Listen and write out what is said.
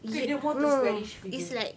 ke dia more to squarish figure